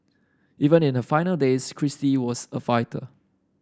even in her final days Kristie was a fighter